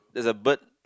there's a bird